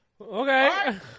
okay